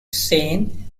sane